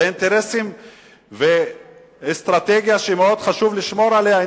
זה אינטרסים ואסטרטגיה שמאוד חשוב לשמור עליה,